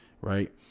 Right